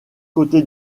côté